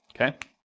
Okay